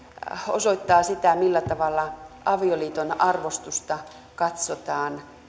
osoittaa sitä millä tavalla avioliiton arvostusta katsotaan